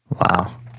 Wow